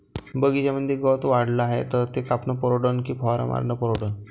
बगीच्यामंदी गवत वाढले हाये तर ते कापनं परवडन की फवारा मारनं परवडन?